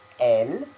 el